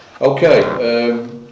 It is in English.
Okay